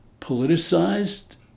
politicized